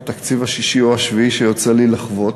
התקציב השישי או השביעי שיוצא לי לחוות.